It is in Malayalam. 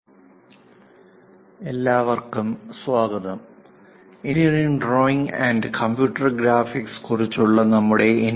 പ്രഭാഷണം 05 എഞ്ചിനീയറിംഗ് ഡ്രോയിംഗിന്റെ ആമുഖം V എല്ലാവർക്കും സ്വാഗതം engineering drawing and computer graphics കുറിച്ചുള്ള നമ്മുടെ എൻ